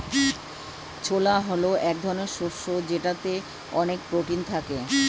ছোলা হল এক ধরনের শস্য যেটাতে অনেক প্রোটিন থাকে